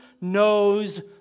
knows